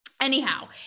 anyhow